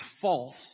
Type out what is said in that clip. false